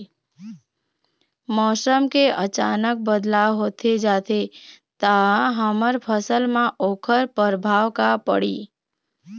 मौसम के अचानक बदलाव होथे जाथे ता हमर फसल मा ओकर परभाव का पढ़ी?